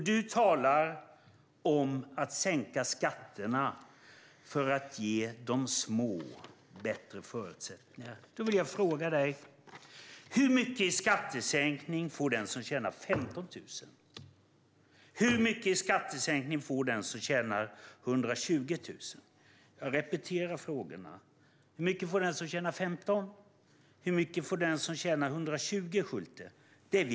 Du talar om att sänka skatterna för att ge de små bättre förutsättningar. Då vill jag fråga dig: Hur mycket i skattesänkning får den som tjänar 15 000? Hur mycket i skattesänkning får den som tjänar 120 000? Detta vill vi ha svar på.